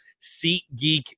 SeatGeek